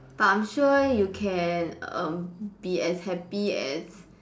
but I'm sure you can um be as happy as